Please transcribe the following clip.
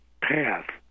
path